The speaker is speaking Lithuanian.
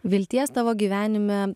vilties tavo gyvenime